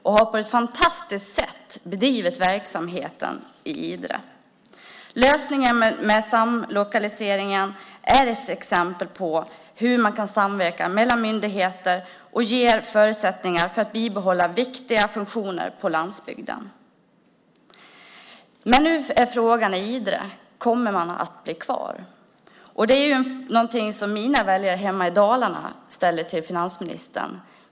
Man har på ett fantastiskt sätt bedrivit verksamheten. Lösningen med samlokalisering är ett exempel på hur man kan samverka mellan myndigheter och ge förutsättningar för att bibehålla viktiga funktioner på landsbygden. Nu är frågan i Idre: Kommer man att bli kvar? Det är en fråga som mina väljare hemma i Dalarna ställer till finansministern.